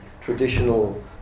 traditional